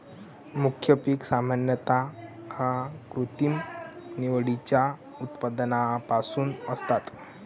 मुख्य पिके सामान्यतः कृत्रिम निवडीच्या उत्पत्तीपासून असतात